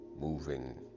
moving